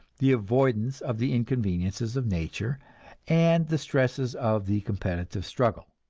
the avoidance of the inconveniences of nature and the stresses of the competitive struggle.